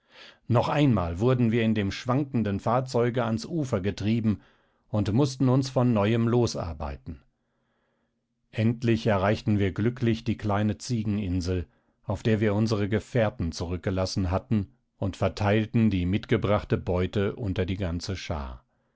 noch einmal wurden wir in dem schwankenden fahrzeuge ans ufer getrieben und mußten uns von neuem losarbeiten endlich erreichten wir glücklich die kleine ziegeninsel auf der wir unsere gefährten zurückgelassen hatten und verteilten die mitgebrachte beute unter die ganze schar